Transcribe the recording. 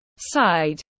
Side